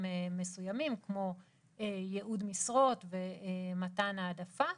מסוימים כמו ייעוד משרות ומתן העדפה.